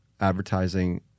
advertising